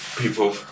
people